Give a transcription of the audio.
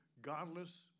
godless